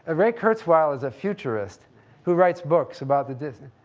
ah ray kurzweil is a futurist who writes books about the distant,